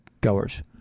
goers